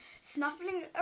snuffling